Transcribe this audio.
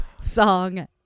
song